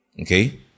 okay